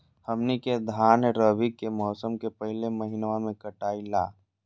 हमनी के धान रवि के मौसम के पहले महिनवा में कटाई ला